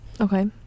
okay